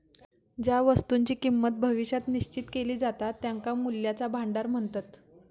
ज्या वस्तुंची किंमत भविष्यात निश्चित केली जाता त्यांका मूल्याचा भांडार म्हणतत